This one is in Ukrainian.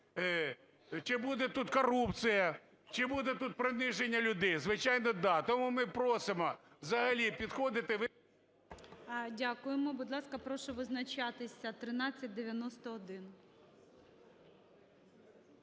чи буде тут корупція, чи буде тут приниження людей? Звичайно, да. Тому ми просимо взагалі підходити… ГОЛОВУЮЧИЙ. Дякуємо. Будь ласка, прошу визначатися, 1391.